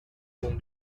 room